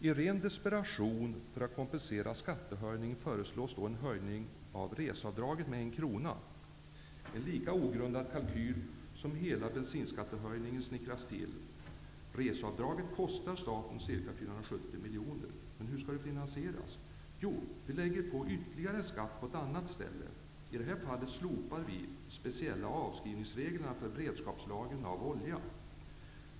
I ren desperation, för att kompensera skattehöjningen, föreslog man då en höjning av reseavdraget med en krona, en lika ogrundad kalkyl som när hela bensinskattehöjningen snickrades till. Reseavdraget kostar staten ca 470 miljoner. Men hur skall detta finansieras? Jo, man tänker lägga på ytterligare skatt på ett annat ställe. I detta fall slopas de speciella avskrivningsreglerna för beredskapslagren av olja.